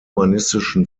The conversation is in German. humanistischen